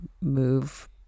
move